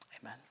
amen